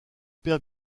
père